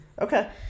Okay